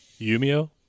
Yumio